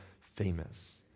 famous